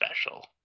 special